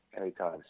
anytime